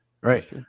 Right